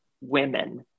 women